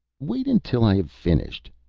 wait until i have finished,